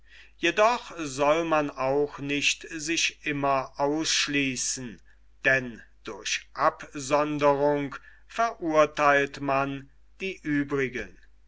jedoch soll man auch nicht sich immer ausschließen denn durch absonderung verurtheilt man die uebrigen